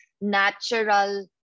natural